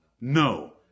No